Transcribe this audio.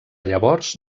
llavors